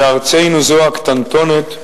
בארצנו זו הקטנטונת,